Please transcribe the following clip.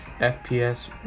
FPS